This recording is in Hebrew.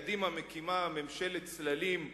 וקדימה מקימה ממשלת צללים,